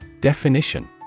Definition